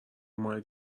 ماه